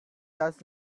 does